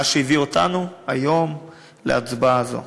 מה שהביא אותנו היום להצבעה זו.